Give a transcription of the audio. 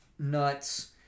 nuts